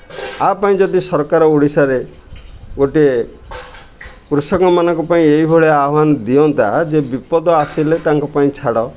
ଏହା ପାଇଁ ଯଦି ସରକାର ଓଡ଼ିଶାରେ ଗୋଟିଏ କୃଷକମାନଙ୍କ ପାଇଁ ଏହିଭଳିଆ ଆହ୍ୱାନ ଦିଅନ୍ତା ଯେ ବିପଦ ଆସିଲେ ତାଙ୍କ ପାଇଁ ଛାଡ଼